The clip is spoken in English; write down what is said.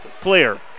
clear